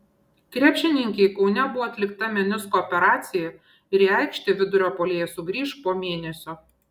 krepšininkei kaune buvo atlikta menisko operacija ir į aikštę vidurio puolėja sugrįš po mėnesio